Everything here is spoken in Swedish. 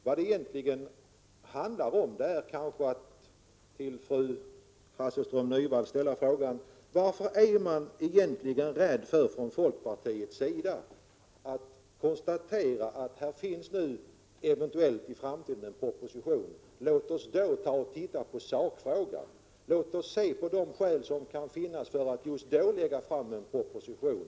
Jag vill ställa frågan till fru Hasselström Nyvall: Varför är folkpartiet rädd för att det eventuellt kommer en proposition i framtiden? Låt oss titta på sakfrågan och de skäl som då kan finnas för att lägga fram en proposition!